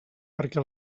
perquè